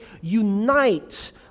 unite